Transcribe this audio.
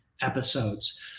episodes